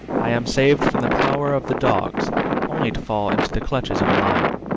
i am saved from the power of the dogs only to fall into the clutches of a lion.